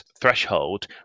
threshold